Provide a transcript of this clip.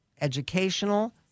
Educational